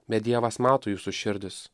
bet dievas mato jūsų širdis